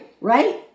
Right